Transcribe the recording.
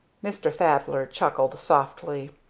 mr. thaddler chuckled softly.